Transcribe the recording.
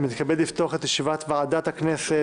אני מתכבד לפתוח את ישיבת ועדת הכנסת.